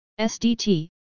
SDT